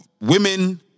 women